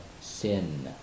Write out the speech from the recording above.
sin